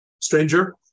stranger